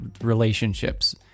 relationships